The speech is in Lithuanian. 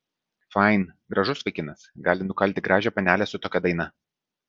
fain gražus vaikinas gali nukalti gražią panelę su tokia daina